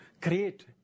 create